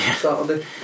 Saturday